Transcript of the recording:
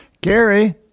Gary